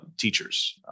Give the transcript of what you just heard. teachers